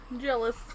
jealous